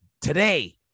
today